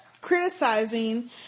criticizing